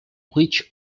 which